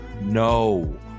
No